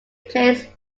placed